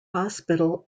hospital